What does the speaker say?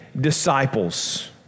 disciples